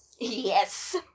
Yes